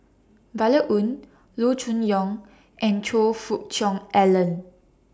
Violet Oon Loo Choon Yong and Choe Fook Cheong Alan